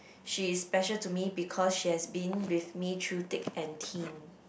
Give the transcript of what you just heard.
she is special to me because she has been with me through thick and thin